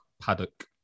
paddock